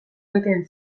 egiten